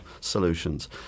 solutions